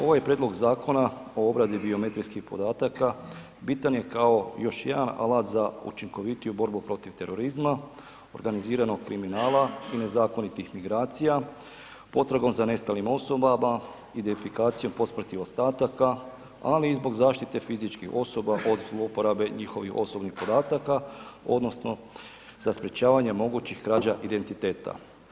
Ovaj Prijedlog zakona o obradi biometrijskih podataka bitan je kao još jedan alat za učinkovitiju borbu protiv terorizma, organiziranog kriminala i nezakonitih migracija, potragom za nestalim osobama, identifikacijom posmrtnih ostataka, ali i zbog zaštite fizičkih osoba od zlouporabe njihovih osobnih podataka odnosno za sprečavanje mogućih krađa identiteta.